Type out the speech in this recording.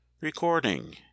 Recording